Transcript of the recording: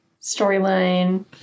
storyline